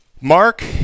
Mark